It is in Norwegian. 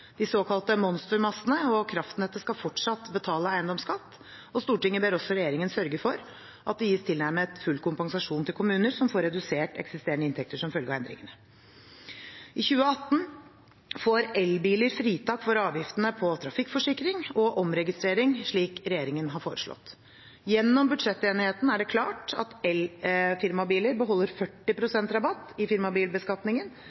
De såkalte monstermastene og kraftnettet skal fortsatt betale eiendomsskatt, og Stortinget ber også regjeringen sørge for at det gis tilnærmet full kompensasjon til kommuner som får redusert eksisterende inntekter som følge av endringene. I 2018 får elbiler fritak for avgiftene på trafikkforsikring og omregistrering, slik regjeringen har foreslått. Gjennom budsjettenigheten er det klart at elfirmabiler beholder 40